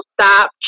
stop